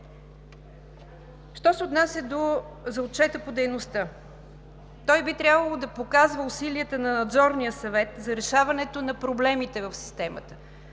Що се отнася за отчета по дейността, той би трябвало да показва усилията на Надзорния съвет за решаването на проблемите в системата,